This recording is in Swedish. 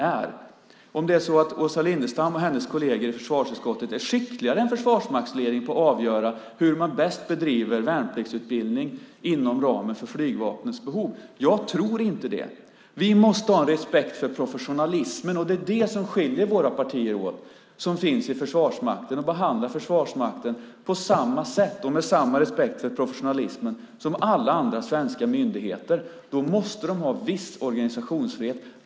Jag vet inte om Åsa Lindestam och hennes kolleger i försvarsutskottet är skickligare än ledningen för Försvarsmakten när det gäller att avgöra hur man bäst bedriver värnpliktsutbildning inom ramen för flygvapnets behov. Jag tror inte det. Vi måste ha respekt för den professionalism som finns i Försvarsmakten - det är det som skiljer våra partier åt - och behandla Försvarsmakten på samma sätt och med samma respekt för professionalism som alla andra svenska myndigheter. Därför måste de ha en viss organisationsfrihet.